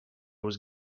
was